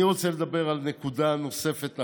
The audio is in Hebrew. אני רוצה לדבר על נקודה נוספת אחת,